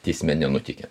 teisme nenutikę